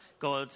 god